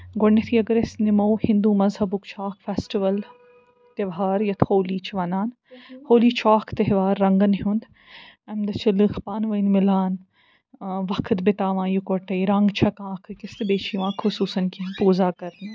گۄڈٕنٮ۪تھٕے اَگر أسۍ نِمو ہِندُ مَذہَبُک چھُ اکھ فٮ۪سٹِوَل تِوہار یَتھ ہولی چھِ وَنان ہولی چھُ اکھ تہوار رَنگَن ہُند اَمہِ دۄہ چھِ لُکھ پانہٕ ؤنۍ مِلان وقت بِتاوان یِکوَٹَے رنگ چھکان اکھ أکِس تہٕ بیٚیہِ چھُ یِوان خصوٗصاً اکھ پوٗزا کرنہٕ